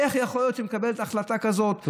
איך יכול להיות שהיא מקבלת החלטה כזאת שהיא כל כך,